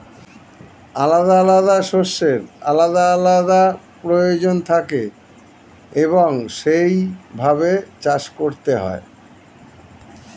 আলাদা আলাদা শস্যের আলাদা আলাদা প্রয়োজন থাকে এবং সেই ভাবে চাষ করতে হয়